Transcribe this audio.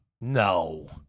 No